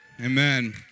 Amen